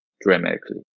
dramatically